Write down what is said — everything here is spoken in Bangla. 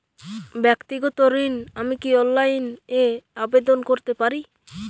ব্যাক্তিগত ঋণ আমি কি অনলাইন এ আবেদন করতে পারি?